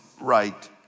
right